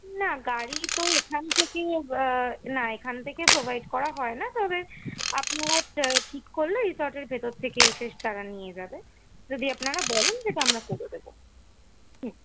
না গাড়ি তো এখান থেকে না এখান থেকে প্রোভাইড করা হয় না তবে আপনারা ঠিক করলে রিসর্টের ভেতর থেকে এসে তারা নিয়ে যাবে যদি আপনারা বলেন সেটা আমরা করে দেব হুম